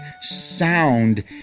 sound